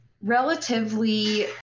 relatively